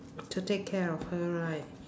to take care of her right